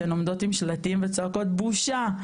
שהן עומדות עם שלטים וצועקות בושה,